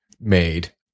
made